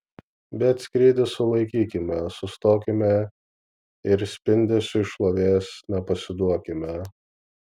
bet skrydį sulaikykime sustokime ir spindesiui šlovės nepasiduokime